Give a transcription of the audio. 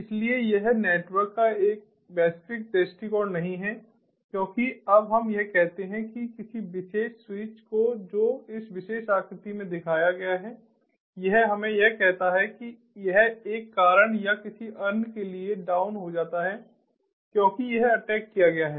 इसलिए यह नेटवर्क का वैश्विक दृष्टिकोण नहीं है क्योंकि अब हम यह कहते हैं कि किसी विशेष स्विच को जो इस विशेष आकृति में दिखाया गया है यह हमें यह कहता है कि यह एक कारण या किसी अन्य के लिए डाउन हो जाता है क्योंकि यह अटैक किया गया है